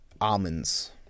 almonds